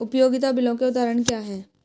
उपयोगिता बिलों के उदाहरण क्या हैं?